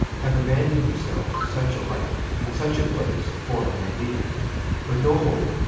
have abandoned themselves to such a life in such a place for an idea with no hope,